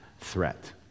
threat